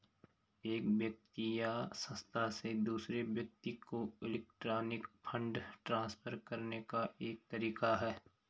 एक व्यक्ति या संस्था से दूसरे व्यक्ति को इलेक्ट्रॉनिक फ़ंड ट्रांसफ़र करने का एक तरीका है